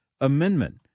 Amendment